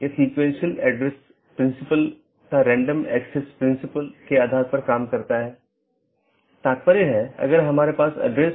एक विशेष उपकरण या राउटर है जिसको BGP स्पीकर कहा जाता है जिसको हम देखेंगे